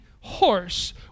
horse